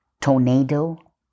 Tornado